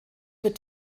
wird